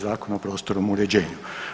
Zakona o prostornom uređenju.